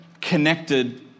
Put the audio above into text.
connected